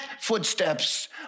footsteps